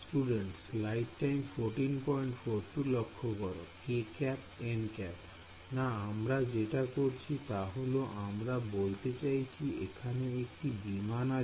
Student kˆ nˆ না আমরা যেটা করছি তা হল আমরা বলতে চাইছি এখানে একটি বিমান আছে